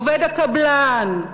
עובד הקבלן,